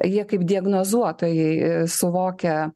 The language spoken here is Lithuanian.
jie kaip diagnozuotai suvokia